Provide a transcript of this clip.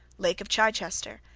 lake of chichester,